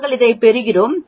நாங்கள் இதைப் பெறுகிறோம்